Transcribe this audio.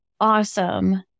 awesome